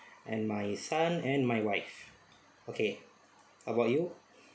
and my son and my wife okay how about you